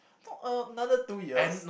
so another two years